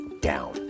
down